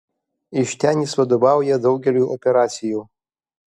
iš ten jis vadovauja daugeliui operacijų